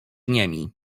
niemi